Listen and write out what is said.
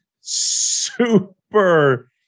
super